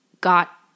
got